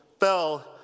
fell